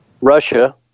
Russia